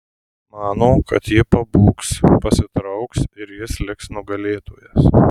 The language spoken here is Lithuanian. mano kad ji pabūgs pasitrauks ir jis liks nugalėtojas